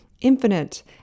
infinite